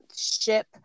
ship